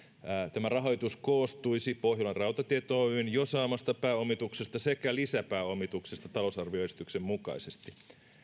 tämä rahoitus koostuisi pohjolan rautatiet oyn jo saamasta pääomituksesta sekä lisäpääomituksesta talousarvioesityksen mukaisesti